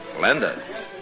Linda